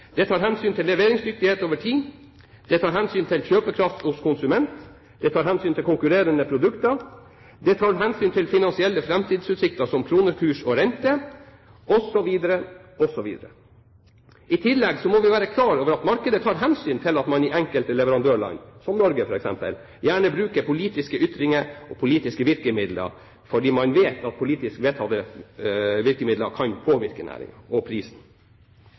det tar hensyn til leveringsdyktighet over tid, det tar hensyn til kjøpekraft hos konsument, det tar hensyn til konkurrerende produkter, det tar hensyn til finansielle framtidsutsikter som kronekurs og renter, osv. I tillegg må vi være klar over at markedet tar hensyn til at man i enkelte leverandørland, som Norge, f.eks., gjerne bruker politiske ytringer og politiske virkemidler fordi man vet at politisk vedtatte virkemidler kan påvirke næringen og prisen.